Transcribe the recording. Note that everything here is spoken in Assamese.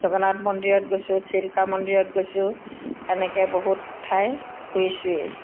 জগন্নাথ মন্দিৰত গৈছোঁ চিল্কা মন্দিৰত গৈছোঁ এনেকৈ বহুত ঠাই ফুৰিছোঁৱেই